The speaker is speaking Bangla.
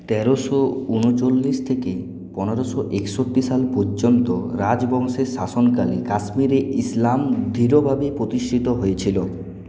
তেরোশো ঊনচল্লিশ থেকে পনেরোশো একষট্টি সাল পর্যন্ত রাজবংশের শাসনকালে কাশ্মীরে ইসলাম দৃঢ়ভাবে প্রতিষ্ঠিত হয়েছিল